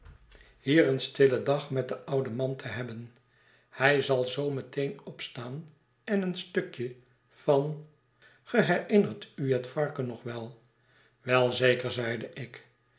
ill stillen dag met den ouden man te hebben hij zal zoo meteen opstaan en een stukje van ge herinnert u het varken nog wel a wel zeker zeide ik